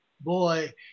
boy